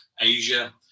Asia